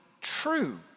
true